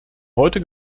heute